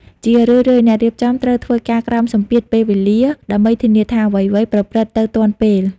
ជារឿយៗអ្នករៀបចំត្រូវ ធ្វើការក្រោមសម្ពាធពេលវេលា ដើម្បីធានាថាអ្វីៗប្រព្រឹត្តទៅទាន់ពេល។